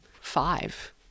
five